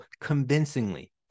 convincingly